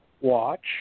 watch